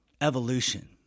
evolution